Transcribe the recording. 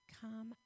Come